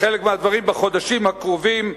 בחלק מהדברים בחודשים הקרובים,